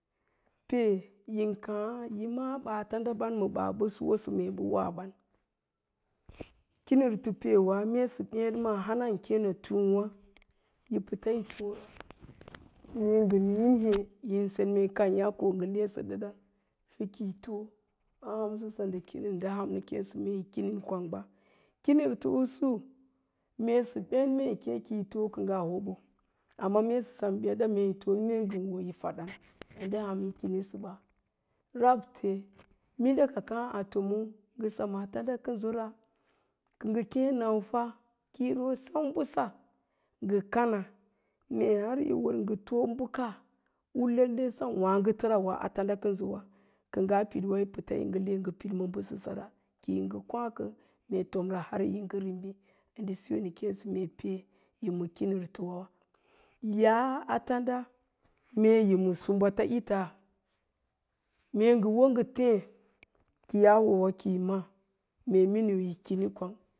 Pee yin káá yi ma'á ɓaa tandaɓan ma baa wosə me mbə waa ban. Kinirto peewa mee sə béɗma hana nɗə kéeno túúwá, yi pəta toora, me ngə níín hé, yin sen kééyá me ngə lesə ɗa̱dan pə kəi too a hamsəsə ndə ham nə kéesə me yi kini kwanbba, kinirto usu, mee sə béd, mee yi kem ki yi too, kə ngaa hobo, amma mee sə sem béd da, mee yi foon ki yi faɗa, ndə ham yi kiniba, rabte minda kə káá a tomo ngə sema tanda kənsora kə ngə kéé naufa, kəi ro séu bəsa ngə kana, mee har yi wərngə too bəka u lailai sem wááotora wa a tandakənsowa, kə ngaa pid'wa yi pəta le pid ma bəsə sara, ki ngə kwáákə, mee tomra har yi ngə rivi̱ndə siyo nə kéésə me pee yi ma kinirtowa. Ya'a a tanda mee yi ma sumbata'ita, mee ngə wo ngə téé, ki yaa wowa ki yi ma'á, mee miniu yi kini kwang.